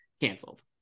canceled